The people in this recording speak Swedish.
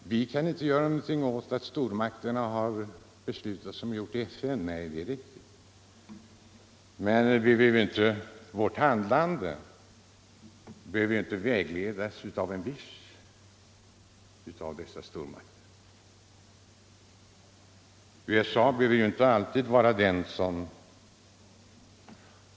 Fru talman! Vi kan inte göra någonting åt att stormakterna har beslutat som de gjort i FN. Nej, det är riktigt. Men vårt handlande behöver ju inte vägledas av en viss stormakt. USA behöver ju inte alltid framstå som det land som